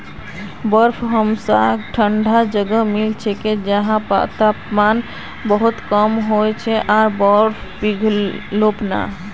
बर्फ हमसाक ठंडा जगहत मिल छेक जैछां तापमान बहुत कम होके आर बर्फ पिघलोक ना